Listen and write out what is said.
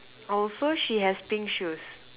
also she has pink shoes